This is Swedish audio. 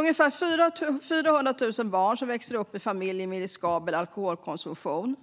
Ungefär 400 000 barn växer upp i familjer med riskabel alkoholkonsumtion,